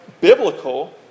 biblical